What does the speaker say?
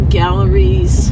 galleries